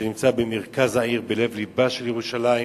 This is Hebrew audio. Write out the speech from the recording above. שנמצא במרכז העיר, בלב לבה של ירושלים.